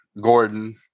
gordon